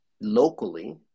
locally